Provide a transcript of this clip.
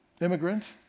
immigrant